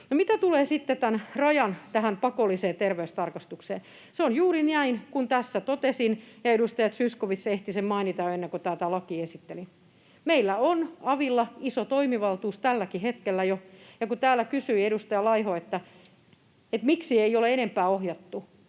sitten tähän rajan pakolliseen terveystarkastukseen, se on juuri näin kuin tässä totesin, ja edustaja Zyskowicz ehti sen mainita jo ennen kuin tätä lakia esittelin. Meillä on avilla iso toimivaltuus tälläkin hetkellä jo, ja kun täällä kysyi edustaja Laiho, että miksi ei ole enempää ohjattu,